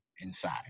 inside